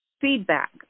feedback